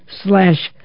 slash